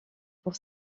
pour